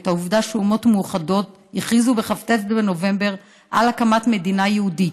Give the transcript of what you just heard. את העובדה שהאומות המאוחדות הכריזו בכ"ט בנובמבר על הקמת מדינה יהודית